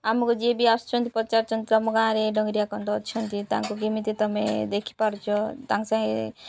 ଆମକୁ ଯିଏ ବି ଆସୁଛନ୍ତି ପଚାରୁଛନ୍ତି ତମ ଗାଁରେ ଡଙ୍ଗିରିଆ କନ୍ଧ ଅଛନ୍ତି ତାଙ୍କୁ କେମିତି ତମେ ଦେଖିପାରୁଛ ତାଙ୍କ ସାଙ୍ଗେ